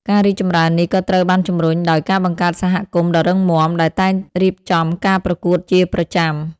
ការរីកចម្រើននេះក៏ត្រូវបានជំរុញដោយ ការបង្កើតសហគមន៍ដ៏រឹងមាំ ដែលតែងរៀបចំការប្រកួតជាប្រចាំ។